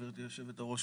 גברתי היושבת-ראש,